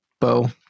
Bo